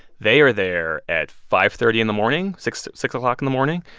they are there at five thirty in the morning, six six o'clock in the morning,